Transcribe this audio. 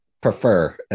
prefer